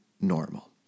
normal